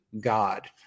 God